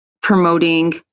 promoting